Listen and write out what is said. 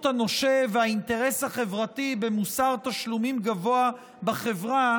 הנושה והאינטרס החברתי במוסר תשלומים גבוה בחברה